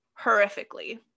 horrifically